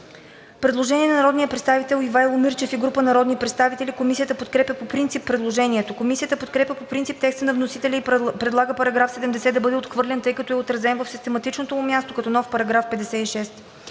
предложение на народния представител Ивайло Мирчев и група народни представители. Комисията подкрепя по принцип предложението. Комисията подкрепя по принцип текста на вносителя и предлага § 70 да бъде отхвърлен, тъй като е отразен на систематичното му място като нов § 56.